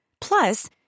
Plus